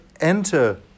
enter